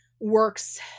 works